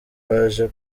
baje